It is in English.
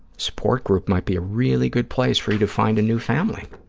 support group might be a really good place for you to find a new family.